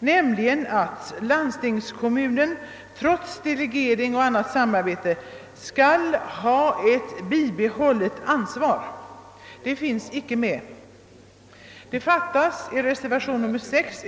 om att landstingskommunen trots delegering och samarbete på annat sätt ändå skall ha ett bibehållet ansvar. Den saken fattas i reservationen vid 6 8.